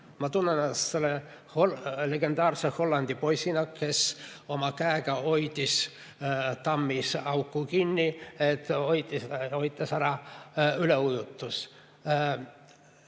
Ma tunnen ennast selle legendaarse Hollandi poisina, kes oma käega hoidis tammis auku kinni, hoides ära üleujutuse.